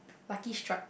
Lucky Strike